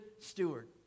steward